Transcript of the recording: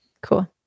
cool